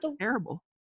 terrible